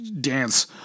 dance